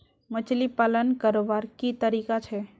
मछली पालन करवार की तरीका छे?